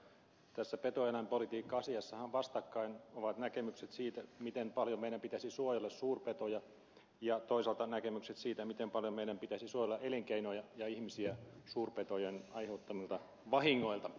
tässä petoeläinpolitiikka asiassahan vastakkain ovat näkemykset siitä miten paljon meidän pitäisi suojella suurpetoja ja toisaalta näkemykset siitä miten paljon meidän pitäisi suojella elinkeinoja ja ihmisiä suurpetojen aiheuttamilta vahingoilta